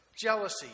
jealousy